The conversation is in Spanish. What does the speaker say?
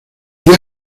día